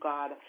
God